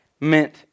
meant